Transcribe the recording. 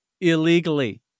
illegally